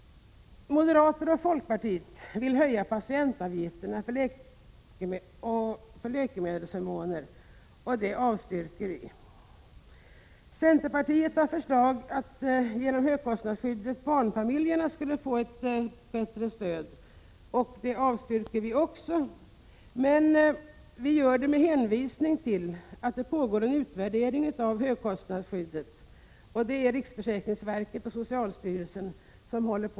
Moderaterna och folkpartiet vill höja patientavgifterna när det gäller läkemedel. Det avstyrker utskottsmajoriteten. Centerpartiet har föreslagit att barnfamiljerna genom högkostnadsskyddet skall få ett bättre stöd. Även detta avstyrker utskottsmajoriteten. Detta görs emellertid med hänvisning till att det pågår en utvärdering av högkostnadsskyddet. Denna utvärdering görs av riksförsäkringsverket och socialstyrelsen.